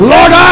Lord